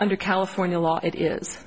under california law it is